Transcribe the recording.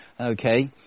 okay